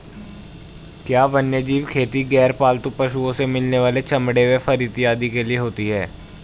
क्या वन्यजीव खेती गैर पालतू पशुओं से मिलने वाले चमड़े व फर इत्यादि के लिए होती हैं?